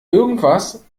irgendwas